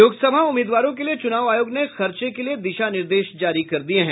लोकसभा उम्मीदवारों के लिए चुनाव आयोग ने खर्चे के लिए दिशा निर्देश जारी कर दिया है